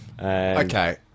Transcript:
Okay